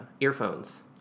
earphones